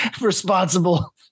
responsible